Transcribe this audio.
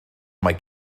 mae